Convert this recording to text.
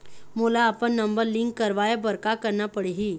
मोला अपन number link करवाये बर का करना पड़ही?